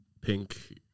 pink